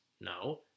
No